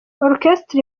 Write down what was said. orchestre